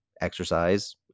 exercise